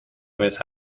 vez